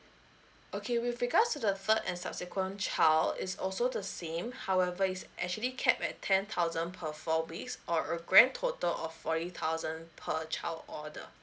okay with regards to the third and subsequent child is also the same however is actually cap at ten thousand per four weeks or a grand total of forty thousand per child order